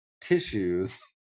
tissues